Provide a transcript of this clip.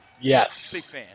Yes